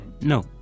No